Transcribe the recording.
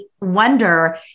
wonder